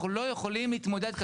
אנחנו לא יכולים להתמודד.